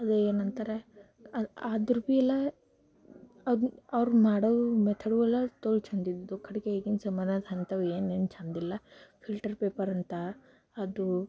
ಅದೇ ಏನು ಅಂತಾರೆ ಆದರೂ ಭೀ ಇಲ್ಲ ಅವ್ರು ಅವ್ರು ಮಾಡೋವು ಮೆಥಡ್ಗಳೆಲ್ಲ ತೋಲ್ ಚೆಂದ ಇದ್ದಿದ್ದು ಕಡೆಗೆ ಈಗಿನ ಜಮಾನದಾಗ ಅಂಥವು ಏನೇನು ಚೆಂದಿಲ್ಲ ಫಿಲ್ಟರ್ ಪೇಪರ್ ಅಂತ ಅದು